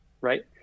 right